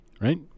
right